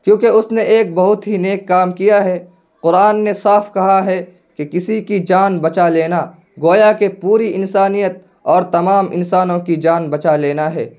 کیونکہ اس نے ایک بہت ہی نیک کام کیا ہے قرآن نے صاف کہا ہے کہ کسی کی جان بچا لینا گویا کہ پوری انسانیت اور تمام انسانوں کی جان بچا لینا ہے